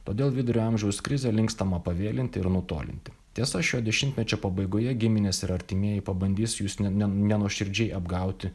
todėl vidurio amžiaus krizę linkstama pavėlinti ir nutolinti tiesa šio dešimtmečio pabaigoje giminės ir artimieji pabandys jus nen nenuoširdžiai apgauti